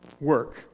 work